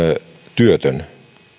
työtön